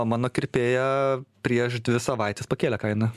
mano kirpėja prieš dvi savaites pakėlė kainą